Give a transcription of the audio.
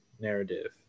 narrative